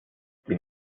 den